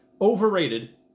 overrated